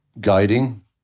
guiding